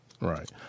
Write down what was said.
Right